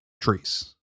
trees